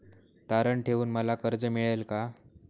तारण ठेवून मला कर्ज मिळेल का?